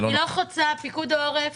בפיקוד העורף